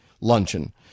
luncheon